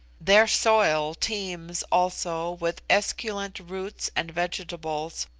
their soil teems also with esculent roots and vegetables,